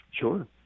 Sure